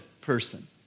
person